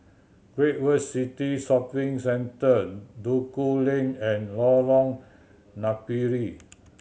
Great World City Shopping Centre Duku Lane and Lorong Napiri